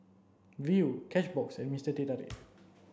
Viu Cashbox and Mister Teh Tarik